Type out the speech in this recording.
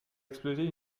exploser